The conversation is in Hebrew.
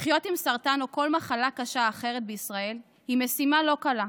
לחיות עם סרטן או כל מחלה קשה אחרת בישראל היא משימה לא קלה.